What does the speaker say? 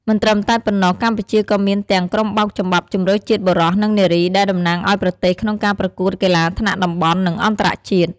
មិនត្រឹមតែប៉ុណ្ណោះកម្ពុជាក៏មានទាំង ក្រុមបោកចំបាប់ជម្រើសជាតិបុរស និងនារី ដែលតំណាងឲ្យប្រទេសក្នុងការប្រកួតកីឡាថ្នាក់តំបន់ និងអន្តរជាតិ។